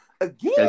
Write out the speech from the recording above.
Again